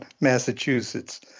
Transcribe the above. Massachusetts